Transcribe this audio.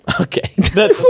okay